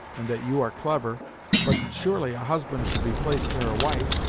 and that you are clever but, surely a husband should be placed near a wife.